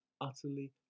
utterly